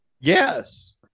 Yes